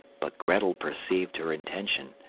but grettel perceived her intention,